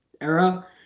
era